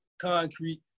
concrete